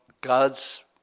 God's